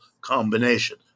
combination